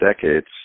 decades